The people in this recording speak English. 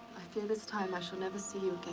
fear this time i shall never see you again.